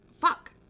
fuck